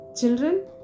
Children